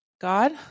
God